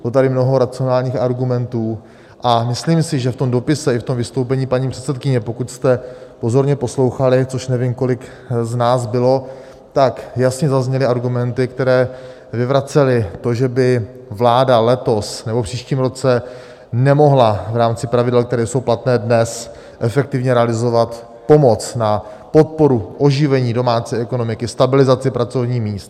Bylo tady mnoho racionálních argumentů a myslím si, že v tom dopise i ve vystoupení paní předsedkyně, pokud jste pozorně poslouchali, což nevím, kolik z nás bylo, jasně zazněly argumenty, které vyvracely to, že by vláda letos nebo v příštím roce nemohla v rámci pravidel, která jsou platná dnes, efektivně realizovat pomoc na podporu oživení domácí ekonomiky, stabilizaci pracovních míst.